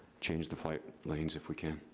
change the flight lanes if we can.